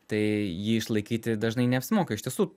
tai jį išlaikyti dažnai neapsimoka iš tiesų